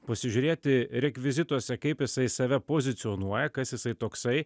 pasižiūrėti rekvizituose kaip jisai save pozicionuoja kas jisai toksai